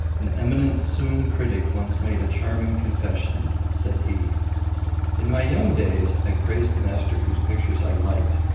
an eminent sung critic once made a charming confession. said he in my young days i praised the master whose pictures i liked,